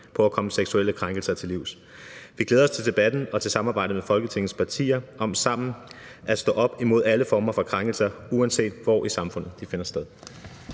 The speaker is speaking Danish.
på at komme seksuelle krænkelser til livs. Vi glæder os til debatten og til samarbejdet med Folketingets partier om sammen at stå op imod alle former for krænkelser, uanset hvor i samfundet de finder sted.